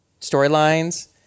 storylines